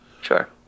Sure